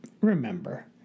remember